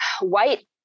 white